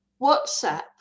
WhatsApp